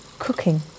cooking